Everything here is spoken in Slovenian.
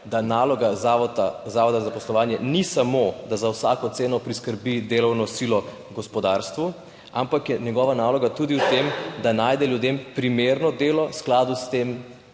da naloga zavoda za zaposlovanje ni samo, da za vsako ceno priskrbi delovno silo gospodarstvu, ampak je njegova naloga tudi v tem, da najde ljudem primerno delo, v skladu z